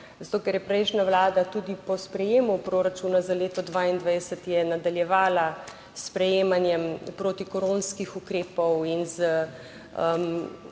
zato, ker je prejšnja vlada tudi po sprejemu proračuna za leto 2022 je nadaljevala s sprejemanjem protikoronskih ukrepov in z